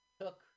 took